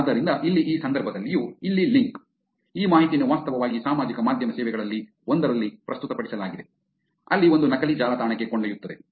ಆದ್ದರಿಂದ ಇಲ್ಲಿ ಈ ಸಂದರ್ಭದಲ್ಲಿಯೂ ಇಲ್ಲಿ ಲಿಂಕ್ ಈ ಮಾಹಿತಿಯನ್ನು ವಾಸ್ತವವಾಗಿ ಸಾಮಾಜಿಕ ಮಾಧ್ಯಮ ಸೇವೆಗಳಲ್ಲಿ ಒಂದರಲ್ಲಿ ಪ್ರಸ್ತುತಪಡಿಸಲಾಗಿದೆ ಅಲ್ಲಿ ಅದು ನಕಲಿ ಜಾಲತಾಣಕ್ಕೆ ಕೊಂಡೊಯ್ಯುತ್ತದೆ